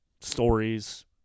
stories